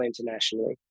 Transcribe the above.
internationally